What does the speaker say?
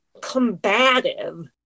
combative